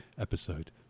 episode